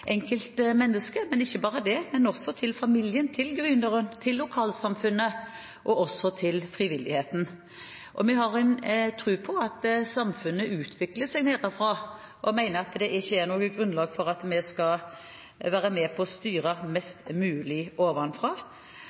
ikke bare det, men også for familien, gründeren, lokalsamfunnet og frivilligheten. Vi har tro på at samfunnet utvikles nedenfra og mener det ikke er noe grunnlag for at vi skal være med på å styre mest mulig ovenfra.